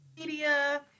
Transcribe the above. media